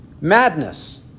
madness